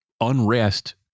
unrest